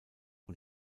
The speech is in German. und